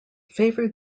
favoured